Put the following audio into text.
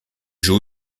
joue